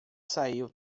saiu